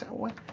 what.